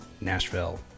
Nashville